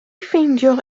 ffeindio